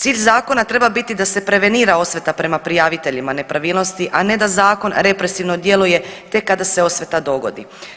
Cilj zakona treba biti da se prevenira osveta prema prijaviteljima nepravilnosti, a ne da zakon represivno djeluje, tek kada se osveta dogodi.